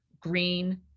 green